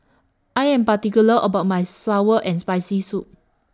I Am particular about My Sour and Spicy Soup